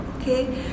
okay